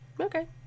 okay